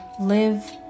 live